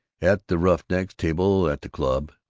at the roughnecks' table at the club,